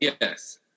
Yes